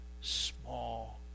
small